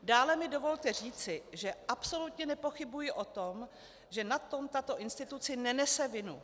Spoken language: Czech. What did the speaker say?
Dále mi dovolte říci, že absolutně nepochybuji o tom, že na tom tato instituce nenese vinu.